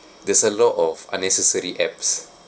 there's a lot of unnecessary apps